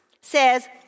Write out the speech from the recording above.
says